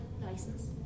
license